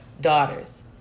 daughters